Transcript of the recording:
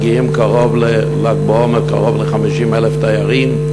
מגיעים קרוב לל"ג בעומר קרוב ל-50,000 תיירים,